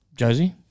Josie